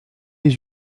les